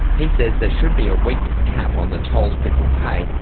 he says there should be a weekly cap on the tolls people pay,